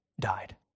died